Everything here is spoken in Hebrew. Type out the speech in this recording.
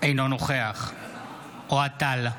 אינו נוכח אוהד טל,